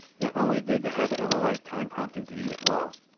not only did the habit of a lifetime prompt him to eat it raw,